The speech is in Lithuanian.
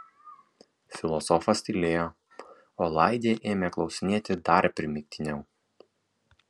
filosofas tylėjo o laidė ėmė klausinėti dar primygtiniau